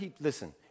listen